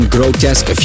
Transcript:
Grotesque